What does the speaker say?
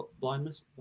blindness